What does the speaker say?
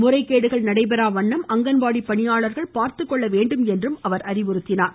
முறைகேடுகள் நடைபெறா வண்ணம் அங்கன்வாடி பணியாளர்கள் பார்த்துக்கொள்ள வேண்டும் என்றும் அவர் அறிவுறுத்தினார்